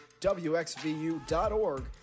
wxvu.org